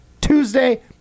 Tuesday